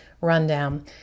rundown